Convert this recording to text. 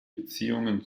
beziehungen